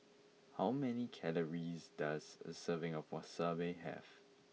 how many calories does a serving of Wasabi have